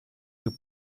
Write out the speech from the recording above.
più